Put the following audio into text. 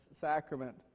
sacrament